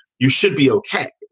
you should be ok.